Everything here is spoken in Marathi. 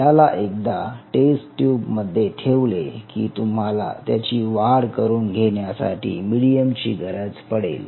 याला एकदा टेस्ट ट्युब मध्ये ठेवले की तुम्हाला त्याची वाढ करून घेण्यासाठी मीडियमची गरज पडेल